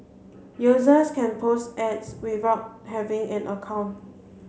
users can post ads without having an account